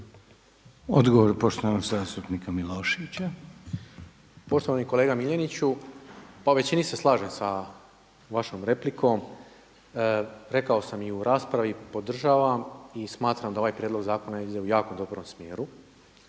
**Milošević, Boris (SDSS)** Poštovani kolega Miljeniću, pa u većini se slažem sa vašom replikom, rekao sam i u raspravi, podržavam i smatram da ovaj prijedlog zakona ide u jako dobrom smjeru